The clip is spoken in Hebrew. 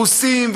ועושים,